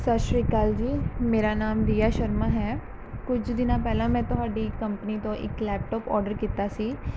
ਸਤਿ ਸ਼੍ਰੀ ਅਕਾਲ ਜੀ ਮੇਰਾ ਨਾਮ ਦੀਆ ਸ਼ਰਮਾ ਹੈ ਕੁਝ ਦਿਨਾਂ ਪਹਿਲਾਂ ਮੈਂ ਤੁਹਾਡੀ ਕੰਪਨੀ ਤੋਂ ਇੱਕ ਲੈਪਟੋਪ ਔਡਰ ਕੀਤਾ ਸੀ